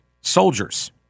soldiers